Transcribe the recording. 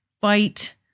fight